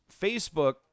Facebook